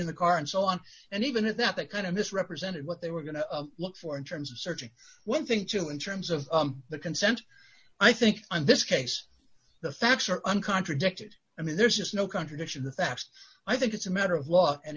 in the car and so on and even at that that kind of misrepresented what they were going to look for in terms of searching one thing to in terms of the consent i think in this case the facts are uncontroverted i mean there's no contradiction the facts i think it's a matter of law and